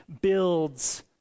builds